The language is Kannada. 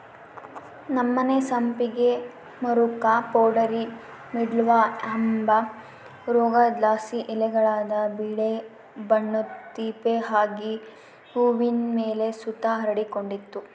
ನಮ್ಮನೆ ಸಂಪಿಗೆ ಮರುಕ್ಕ ಪೌಡರಿ ಮಿಲ್ಡ್ವ ಅಂಬ ರೋಗುದ್ಲಾಸಿ ಎಲೆಗುಳಾಗ ಬಿಳೇ ಬಣ್ಣುದ್ ತೇಪೆ ಆಗಿ ಹೂವಿನ್ ಮೇಲೆ ಸುತ ಹರಡಿಕಂಡಿತ್ತು